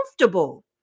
comfortable